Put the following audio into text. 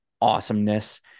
awesomeness